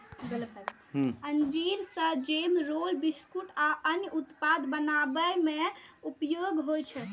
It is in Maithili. अंजीर सं जैम, रोल, बिस्कुट आ अन्य उत्पाद बनाबै मे उपयोग होइ छै